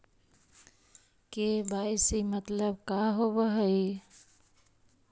KYC मतलब का होव हइ?